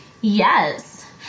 Yes